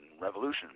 revolution